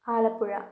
Alappuzha